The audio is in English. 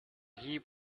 heap